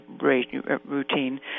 routine